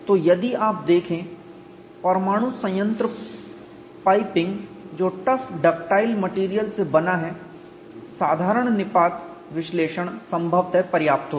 तो यदि आप देखें परमाणु संयंत्र पाइपिंग जो टफ डक्टाइल मेटेरियल से बना है साधारण प्लास्टिक निपात विश्लेषण संभवतः पर्याप्त होगा